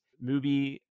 movie